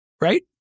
Right